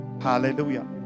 Hallelujah